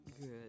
Good